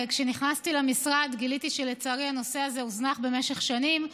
כשנכנסתי למשרד גיליתי שלצערי הנושא הזה הוזנח במשך שנים,